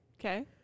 Okay